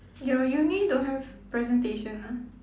your uni don't have presentation ah